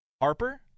Harper